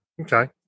Okay